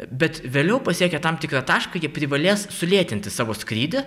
bet vėliau pasiekę tam tikrą tašką jie privalės sulėtinti savo skrydį